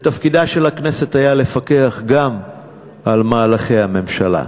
ותפקידה של הכנסת היה לפקח גם על מהלכי הממשלה.